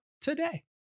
today